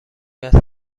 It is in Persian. بسته